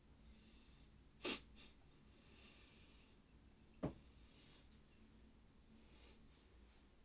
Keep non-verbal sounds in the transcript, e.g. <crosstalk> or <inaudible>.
<laughs>